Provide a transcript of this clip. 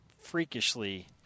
freakishly